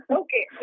okay